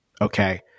okay